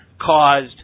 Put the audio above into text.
caused